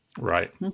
Right